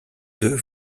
deux